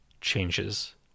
changes